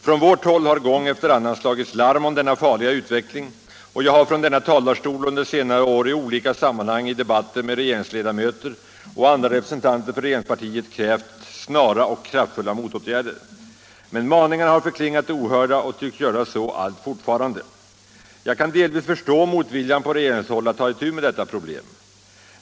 Från vårt håll har gång efter annan slagits larm om denna farliga utveckling, och jag har från denna talarstol under senare år i olika sammanhang i debatter med regeringsledamöter och andra representanter för regeringspartiet krävt snara och kraftfulla motåtgärder. Men maningarna har förklingat ohörda och tycks göra så alltfort. Jag kan delvis förstå motviljan på regeringshåll att ta itu med detta problem.